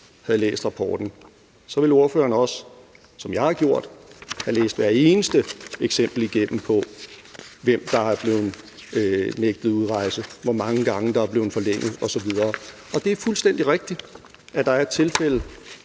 havde læst rapporten, ville ordføreren også, som jeg har gjort, have læst hvert eneste eksempel igennem på, hvem der er blevet nægtet udrejse, hvor mange gange der er blevet forlænget osv. Og det er fuldstændig rigtigt, at der er et tilfælde,